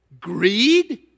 greed